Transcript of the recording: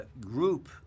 group